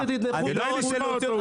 פשוט שתתמכו בעובדים --- כדאי לשמוע אותו,